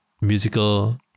musical